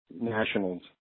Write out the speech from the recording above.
nationals